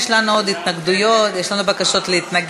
יש לנו עוד התנגדויות, יש לנו בקשות להתנגד.